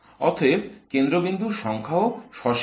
অতএব কেন্দ্রবিন্দুর সংখ্যা ও সসীম